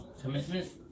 commitment